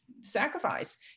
sacrifice